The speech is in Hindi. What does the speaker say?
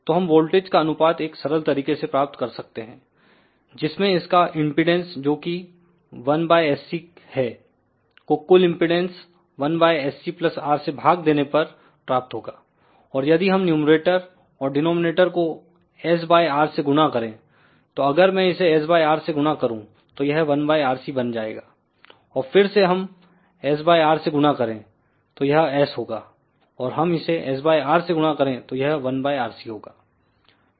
तो हम वोल्टेज का अनुपात एक सरल तरीकेसे प्राप्त कर सकते हैं जिसमें इसका इंपेडेंस जो की 1sC है को कुल इंपेडेंस 1sCR से भाग देने पर प्राप्त होगाऔर यदि हम न्यूमरिटर और डेनोमीनॉटर को s बाय R से गुना करें तो अगर मैं इसे s बाय R से गुना करूं तो यह 1RC बनजाएगाऔर फिर से हम sR से गुना करें तो यह s होगा और हम इसे sR से गुणा करें तो यह 1RC होगा